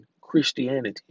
Christianity